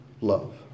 love